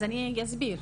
לא, לא, אז אני אסביר.